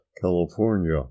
California